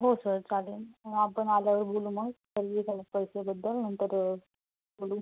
हो सर चालेन आपण आल्यावर बोलू मग सर्विस आणि पैशाबद्दल नंतर बोलू